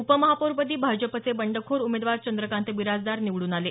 उपमहापौरपदी भाजपचे बंडखोर उमेदवार चंद्रकांत बिराजदार निवड्रन आले